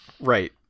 right